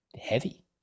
heavy